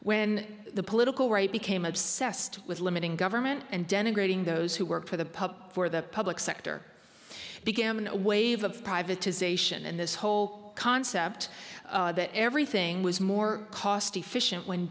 when the political right became obsessed with limiting government and denigrating those who work for the pup for the public sector began in a wave of privatization and this whole concept that everything was more cost efficient when